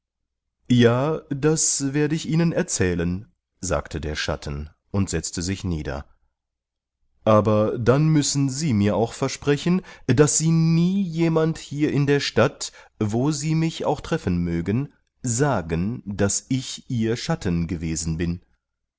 ja das werde ich ihnen erzählen sagte der schatten und setzte sich nieder aber dann müssen sie mir auch versprechen daß sie nie jemand hier in der stadt wo sie mich auch treffen mögen sagen daß ich ihr schatten gewesen bin